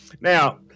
Now